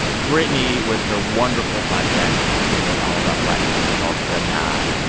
brittany, with her wonderful podcast at gimlet all about black culture called the nod.